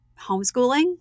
homeschooling